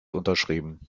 unterschrieben